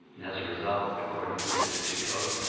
and, as a result, according to the da vinci code,